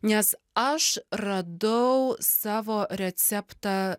nes aš radau savo receptą